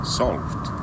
solved